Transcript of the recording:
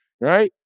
right